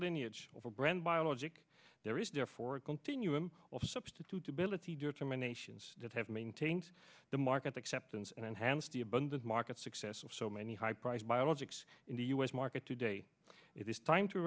lineage of a brand biologic there is therefore a continuum of substitutability determinations that have maintained the market acceptance and enhance the abundant market success of so many high priced biologics in the us market today it is time to